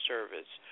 Service